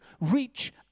reach